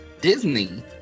Disney